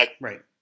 Right